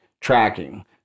tracking